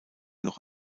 noch